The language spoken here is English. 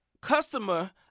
customer